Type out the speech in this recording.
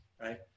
right